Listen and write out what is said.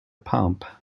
pump